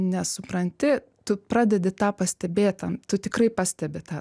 nesupranti tu pradedi tą pastebėt tu tikrai pastebi tą